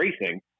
racing